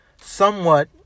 somewhat